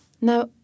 Now